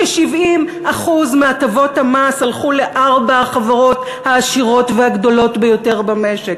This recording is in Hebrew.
ש-70% מהטבות המס הלכו לארבע החברות העשירות והגדולות ביותר במשק.